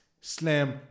Slam